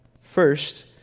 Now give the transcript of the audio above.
First